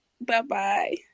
Bye-bye